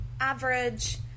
average